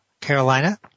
Carolina